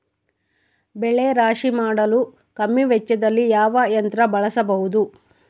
ಬೆಳೆ ರಾಶಿ ಮಾಡಲು ಕಮ್ಮಿ ವೆಚ್ಚದಲ್ಲಿ ಯಾವ ಯಂತ್ರ ಬಳಸಬಹುದು?